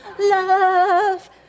love